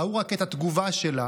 ראו רק את התגובה שלה.